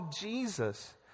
Jesus